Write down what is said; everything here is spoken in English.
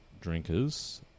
drinkers